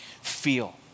feel